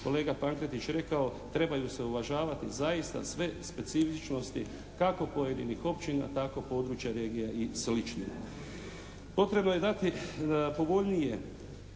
kolega Pankretić rekao trebaju se uvažavati zaista sve specifičnosti kako pojedinih općina tako područja, regija i slično. Potrebno je dati povoljnije